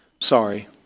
Sorry